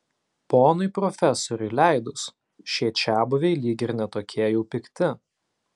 ponui profesoriui leidus šie čiabuviai lyg ir ne tokie jau pikti